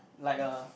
like a